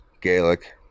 Gaelic